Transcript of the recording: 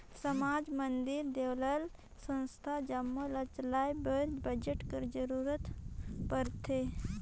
समाज, मंदिर, देवल्ला, संस्था जम्मो ल चलाए बर बजट कर जरूरत परथे